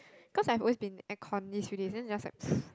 cause I've been air con these few days then just like